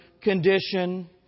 condition